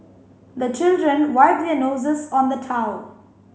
the children wipe their noses on the towel